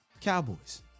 Cowboys